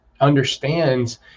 understands